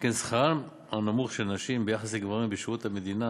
שכן שכרן הנמוך של נשים ביחס לגברים בשירות המדינה